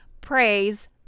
Praise